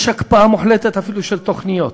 יש הקפאה מוחלטת אפילו של תוכניות.